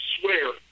swear